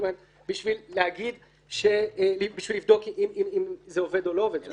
בשביל לבדוק אם זה עובד או לא עובד.